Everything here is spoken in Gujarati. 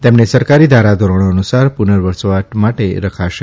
તેમને સરકારી ધારાધોરણ અનુસાર પુનર્વસવાટ માટે રખાશે